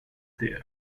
there